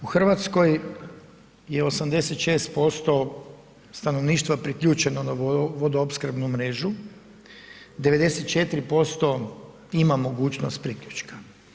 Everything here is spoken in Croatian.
U Hrvatskoj je 86% stanovništva priključeno na vodoopskrbnu mrežu, 94% ima mogućnost priključka.